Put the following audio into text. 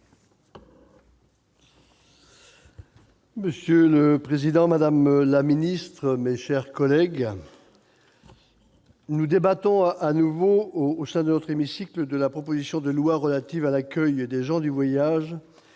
Monsieur le président, madame la ministre, mes chers collègues, nous débattons de nouveau au sein de notre hémicycle de la proposition de loi relative à l'accueil des gens du voyage et